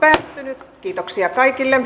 asian käsittely päättyi